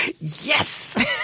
Yes